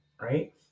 right